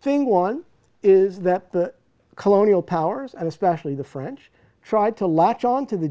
thing one is that the colonial powers and especially the french tried to latch on to the